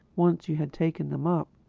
once you had taken them up.